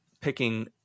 picking